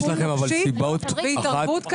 טיפול נפשי והתערבות כלכלית.